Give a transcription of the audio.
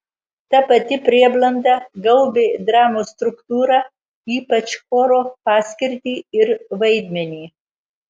ta pati prieblanda gaubė dramos struktūrą ypač choro paskirtį ir vaidmenį